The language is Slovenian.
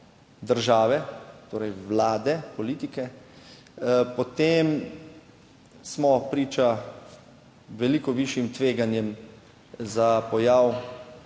države, torej vlade, politike, potem smo priča veliko višjim tveganjem za pojav